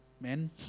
men